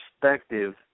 perspective